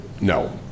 no